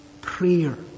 prayer